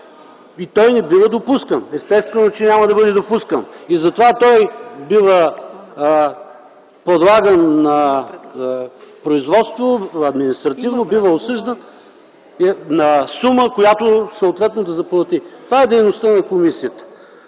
и той не бива допускан. Естествено, че няма да бъде допускан. Затова той бива подлаган на административно производство, бива осъждан на сума, която съответно да заплати. Това е дейността на комисията.